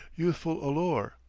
youthful allure,